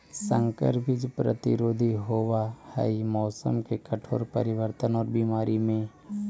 संकर बीज प्रतिरोधी होव हई मौसम के कठोर परिवर्तन और बीमारी में